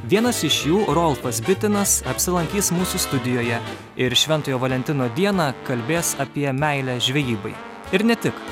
vienas iš jų rolfas bitinas apsilankys mūsų studijoje ir šventojo valentino dieną kalbės apie meilę žvejybai ir ne tik